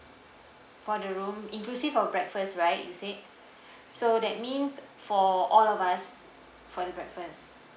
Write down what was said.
for the room inclusive of breakfast right you said so that means for all of us for the breakfast